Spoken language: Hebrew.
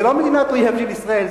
זו לא מדינת אויב של ישראל,